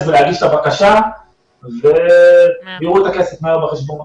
ולהגיש את הבקשה והכסף ייראה מהר בחשבון.